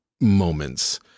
moments